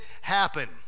happen